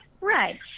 Right